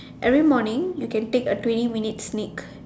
every morning you can take a twenty minutes sneaks